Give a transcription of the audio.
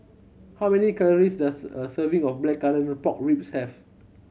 how many calories does a serving of Blackcurrant Pork Ribs have